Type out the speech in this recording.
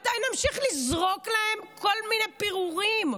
עד מתי נמשיך לזרוק להם כל מיני פירורים?